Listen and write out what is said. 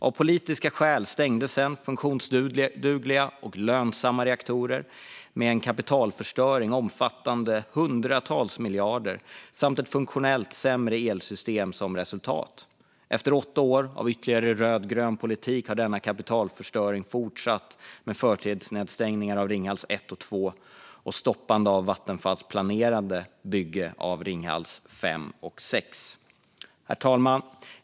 Av politiska skäl stängdes sedan funktionsdugliga och lönsamma reaktorer ned med en kapitalförstöring omfattande hundratals miljarder samt ett funktionellt sämre elsystem som resultat. Efter åtta år av ytterligare rödgrön politik har denna kapitalförstöring fortsatt med förtidsnedstängning av Ringhals 1 och 2 och stoppande av Vattenfalls planerade bygge av Ringhals 5 och 6. Herr talman!